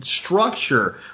structure